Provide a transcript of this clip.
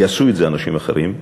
יעשו את זה אנשים אחרים.